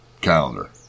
calendar